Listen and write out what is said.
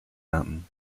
mountain